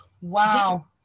wow